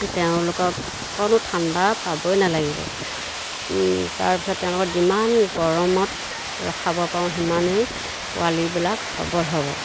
তেওঁলোকক অকণো ঠাণ্ডা পাবই নালাগিব তাৰ পিছত তেওঁলোকক যিমান গৰমত ৰখাব পাৰোঁ সিমানেই পোৱালিবিলাক সবল হ'ব